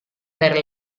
per